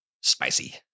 Spicy